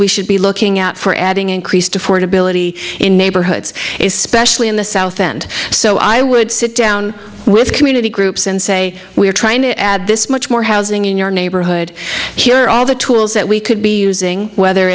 we should be looking out for adding increased affordability in neighborhoods is specially in the south and so i would sit down with community groups and say we're trying to add this much more housing in your neighborhood here all the tools that we could be using whether